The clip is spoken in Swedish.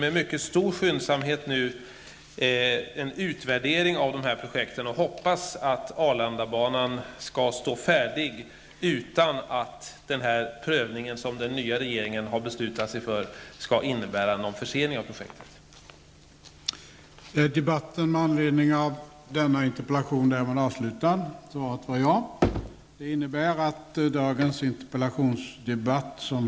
Med mycket stor skyndsamhet bedriver vi en utvärdering av de olika projekten, och vi hoppas att Arlandabanan skall stå färdig utan att den prövning som vi i den nya regeringen har beslutat oss för skall innebära någon försening av projektet i fråga.